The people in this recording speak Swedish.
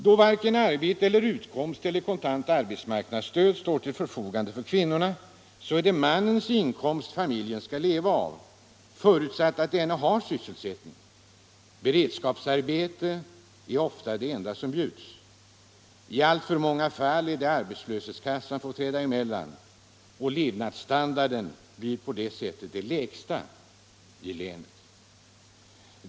Då varken arbete och utkomst eller kontant arbetsmarknadsstöd står till förfogande för kvinnorna är det mannens inkomst familjen skall leva av, förutsatt att denne har sysselsättning. Beredskapsarbete är ofta det enda som bjuds. I alltför många fall är det arbetslöshetskassan som får träda emellan. Levnadsstandarden blir på det sättet den lägsta i länet.